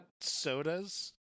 Sodas